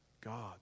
God